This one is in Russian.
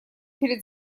перед